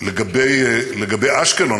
לגבי אשקלון,